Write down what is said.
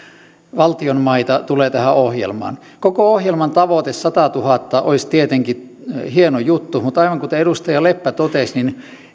valtion maita tulee tähän ohjelmaan koko ohjelman tavoite satatuhatta hehtaaria olisi tietenkin hieno juttu mutta aivan kuten edustaja leppä totesi niin